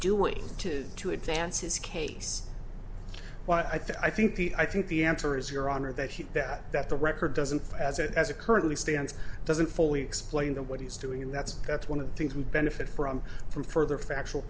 doing to to advance his case but i think the i think the answer is your honor that he that that the record doesn't as it as a currently stands doesn't fully explain that what he's doing that's that's one of the things we benefit from from further factual